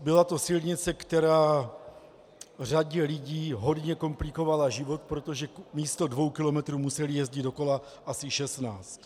Byla to silnice, která řadě lidí hodně komplikovala život, protože místo dvou kilometrů museli jezdit do kola asi šestnáct.